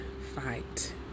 fight